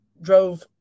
drove